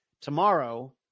tomorrow